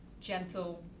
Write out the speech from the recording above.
gentle